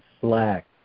slack